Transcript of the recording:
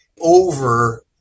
over